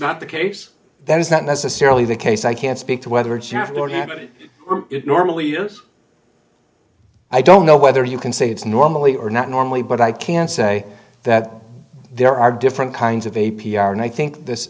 not the case that is not necessarily the case i can't speak to whether it's you have or have it normally yes i don't know whether you can say it's normally or not normally but i can say that there are different kinds of a p r and i think this